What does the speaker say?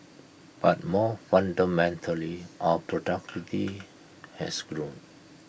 but more fundamentally our productivity has grown